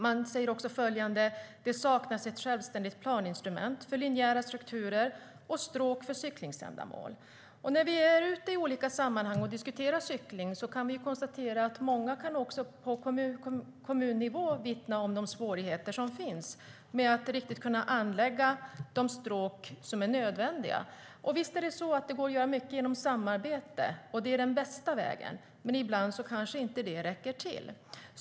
Man säger också följande: Det saknas ett självständigt planinstrument för linjära strukturer och stråk för cyklingsändamål. När vi i olika sammanhang är ute och diskuterar cykling kan vi konstatera att många på kommunnivå vittnar om de svårigheter som finns att anlägga de stråk som är nödvändiga. Visst går det att göra mycket genom samarbete, och det är den bästa vägen, men ibland kanske det inte räcker till.